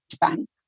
bank